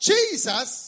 Jesus